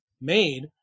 made